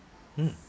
mm